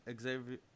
Xavier